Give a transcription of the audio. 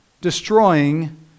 destroying